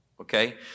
okay